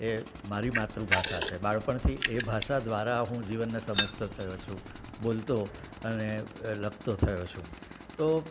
એ મારી માતૃભાષા છે બાળપણથી એ ભાષા દ્વારા હું જીવનને સમજતો થયો છું બોલતો અને લખતો થયો છું તો